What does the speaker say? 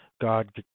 God